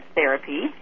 Therapy